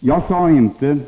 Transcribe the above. Jag sade inte